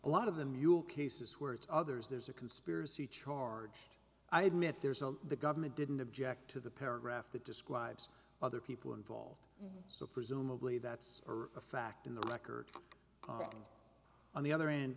a lot of the mule cases where it's others there's a conspiracy charge i admit there's a the government didn't object to the paragraph that describes other people involved so presumably that's a fact in the record and on the other end